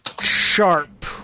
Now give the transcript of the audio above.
Sharp